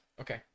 Okay